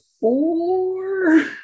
four